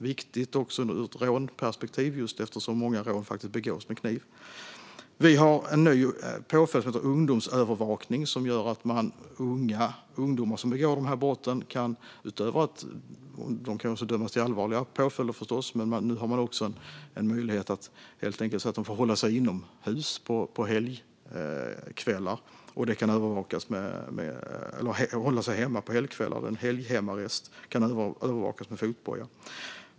Det är också viktigt ur ett rånperspektiv eftersom många rån faktiskt begås med kniv. Vi har även en ny påföljd som heter ungdomsövervakning. Utöver att ungdomar som begår de här brotten kan dömas till allvarliga påföljder finns nu också möjligheten att se till att de håller sig hemma på helgkvällar - en hemarrest på helger. Personen övervakas då med fotboja.